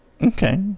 Okay